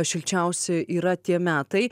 šilčiausi yra tie metai